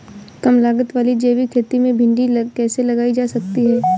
कम लागत वाली जैविक खेती में भिंडी कैसे लगाई जा सकती है?